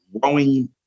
growing